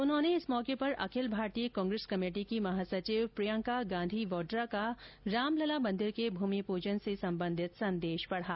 उन्होंने इस मौके पर अखिल भारतीय कांग्रेस कमेटी की महासचिव प्रियंका गांधी वाड्रा का रामलला के भूमि पूजन मंदिर से संबंधित संदेश पढ़ा